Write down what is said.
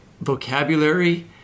vocabulary